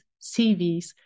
CVs